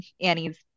Annie's